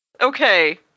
Okay